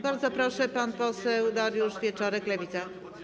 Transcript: Bardzo proszę, pan poseł Dariusz Wieczorek, Lewica.